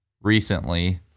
recently